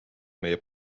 meie